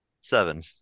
Seven